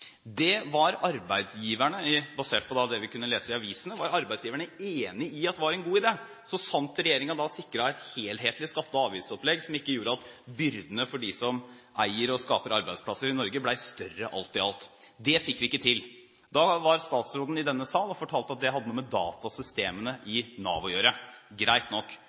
Basert på det vi kunne lese i avisen, var arbeidsgiverne enig i at det var en god idé, så sant regjeringen sikret et helhetlig skatte- og avgiftsopplegg som ikke gjorde at byrdene for dem som eier og skaper arbeidsplasser i Norge, ble større alt i alt. Det fikk vi ikke til. Da var statsråden i denne sal og fortalte at det hadde noe med datasystemene i Nav å gjøre – greit nok.